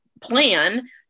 plan